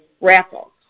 raffles